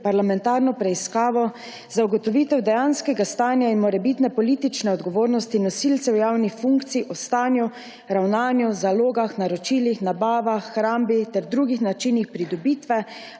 parlamentarno preiskavo za ugotovitev dejanskega stanja in morebitne politične odgovornosti nosilcev javnih funkcij o stanju, ravnanju, zalogah, naročilih, nabavah, hrambi ter drugih načinih pridobitve